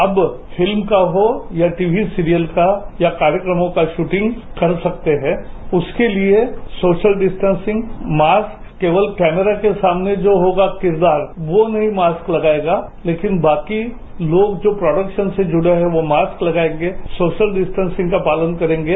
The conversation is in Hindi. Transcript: अब फिल्म् का हो या टीवी सीरियल का या कार्यक्रमों का शूटिंग कर सकते हैं उसके लिए सोशल डिस्टेंमसिंग मास्क केवल कैमरा के सामने जो होगा किरदार वो नहीं मास्क लगाएगा लेकिन बाकी लोग जो प्रोडक्श्न से जुड़े हों वो मास्क लगाएगे सोशल डिस्टेसिंग का पालन करेंगे